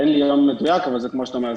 אין לי יום מדויק אבל כמו שאתה אומר,